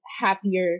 happier